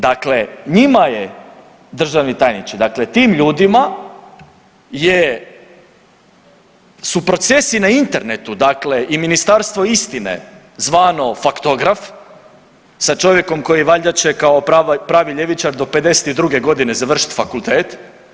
Dakle, njima je državni tajniče, dakle tim ljudima je, su procesi na internetu, dakle i ministarstvo istine zvano faktograf sa čovjekom koji valjda će kao pravi ljevičar do 52 godine završiti fakultet.